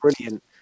Brilliant